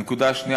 הנקודה השנייה,